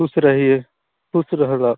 खुश रहिए खुश रहु गऽ